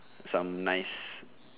some nice